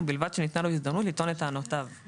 ובלבד שניתנה לו הזדמנות לטעון את טענותיו.";